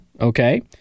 okay